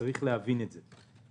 וצריך להבין את זה.